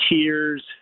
tears